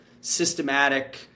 systematic